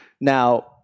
now